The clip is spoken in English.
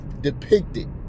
depicted